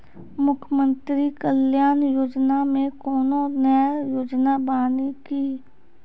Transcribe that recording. मुख्यमंत्री कल्याण योजना मे कोनो नया योजना बानी की?